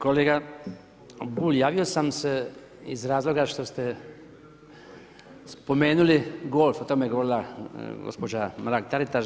Kolega Bulj, javio sam se iz razloga što ste spomenuli golf, o tome je govorila gospođa Mrak-Taritaš.